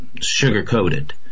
sugar-coated